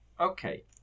okay